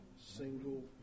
single